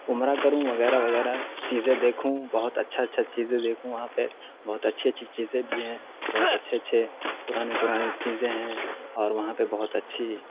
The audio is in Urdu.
عمرہ کروں وغیرہ وغیرہ چیزیں دیکھوں بہت اچھا اچھا چیزیں دیکھوں وہاں پہ بہت اچھی اچھی چیزیں بھی ہیں بہت اچھے اچھے پرانے پرانے چیزیں ہیں اور وہاں پہ بہت اچھی